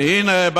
והינה,